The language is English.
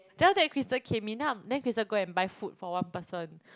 then after that Crystal came in then I'm then Crystal go and buy food for one person